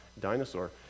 dinosaur